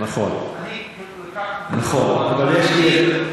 אבל יש איזה,